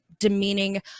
Demeaning